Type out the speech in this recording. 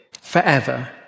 forever